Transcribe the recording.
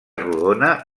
rodona